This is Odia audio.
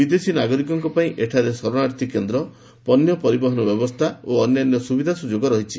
ବିଦେଶୀ ନାଗରିକଙ୍କ ପାଇଁ ଏଠାରେ ଶରଣାର୍ଥୀ କେନ୍ଦ୍ର ପଣ୍ୟ ପରିବହନ ବ୍ୟବସ୍ଥା ଓ ଅନ୍ୟାନ୍ୟ ସୁବିଧା ସୁଯୋଗ ରହିଛି